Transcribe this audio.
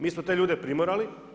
Mi smo te ljude primorali.